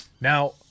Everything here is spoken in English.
now